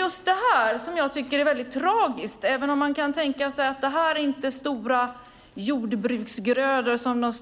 Just detta tycker jag är tragiskt, även om man kan tänka sig att detta inte är stora jordbruksgrödor som de